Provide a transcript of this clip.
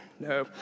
no